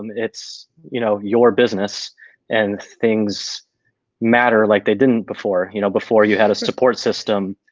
um it's you know your business and things matter like they didn't before you know before you had a support system.